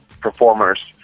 performers